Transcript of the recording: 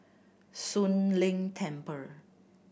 Soon Leng Temple